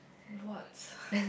what